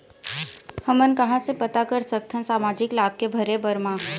हमन कहां से पता कर सकथन सामाजिक लाभ के भरे बर मा?